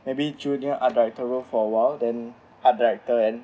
maybe junior art director role for awhile then art director and